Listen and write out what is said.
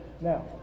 Now